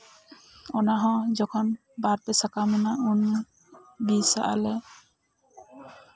ᱚᱱᱟ ᱦᱚᱸ ᱡᱚᱠᱷᱚᱱ ᱵᱟᱨᱼᱯᱮ ᱥᱟᱠᱟᱢᱮᱱᱟ ᱩᱱ ᱚᱱᱟ ᱵᱤᱥᱟᱜᱼᱟᱞᱮ